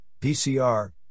PCR